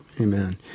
amen